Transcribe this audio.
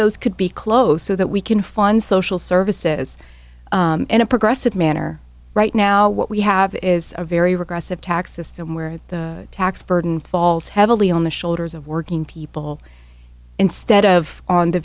those could be close so that we can fund social services in a progressive manner right now what we have is a very regressive tax system where the tax burden falls heavily on the shoulders of working people instead of on the